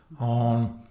on